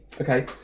Okay